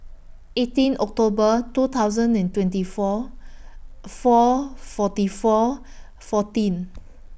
eighteen October two thousand and twenty four four forty four fourteen